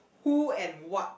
who and what